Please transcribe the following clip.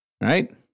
Right